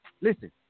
listen